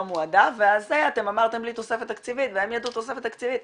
לא מועדף ואז זה אתם אמרתם לי תוספת תקציבית והם ידעו תוספת תקציבית.